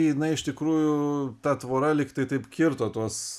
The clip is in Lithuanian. jinai iš tikrųjų ta tvora lyg tai taip kirto tuos